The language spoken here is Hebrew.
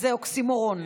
זה אוקסימורון.